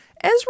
Ezra